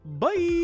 Bye